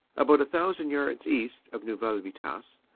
about a thousand yards east of neuville vi tasse,